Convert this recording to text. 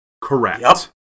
Correct